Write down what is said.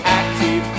active